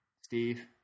Steve